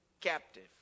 captive